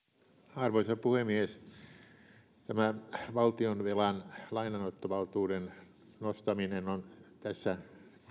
arvoisa puhemies tämä valtionvelan lainanottovaltuuden nostaminen on tässä